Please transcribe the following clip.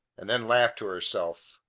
and then laughed to herself.